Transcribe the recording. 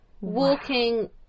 walking